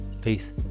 Peace